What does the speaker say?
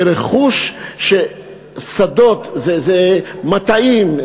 זה רכוש של שדות, זה מטעים,